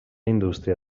indústria